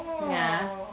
ya